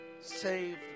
saved